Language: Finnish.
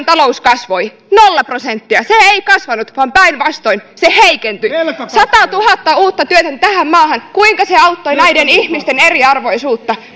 talous kasvoi nolla prosenttia se ei kasvanut vaan päinvastoin se heikentyi satatuhatta uutta työtöntä tähän maahan kuinka se auttoi näiden ihmisten eriarvoisuutta